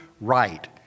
right